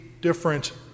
different